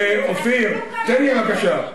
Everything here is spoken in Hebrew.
אופיר, תן לי בבקשה.